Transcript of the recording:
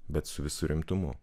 bet su visu rimtumu